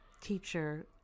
teacher